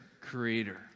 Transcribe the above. creator